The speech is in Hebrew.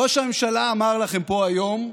ראש הממשלה אמר לכם פה היום,